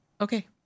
Okay